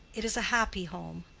it is a happy home.